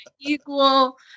Equal